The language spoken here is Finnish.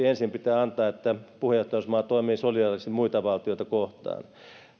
ensin pitää tämmöinen viesti antaa että puheenjohtajamaa toimii solidaarisesti muita valtioita kohtaan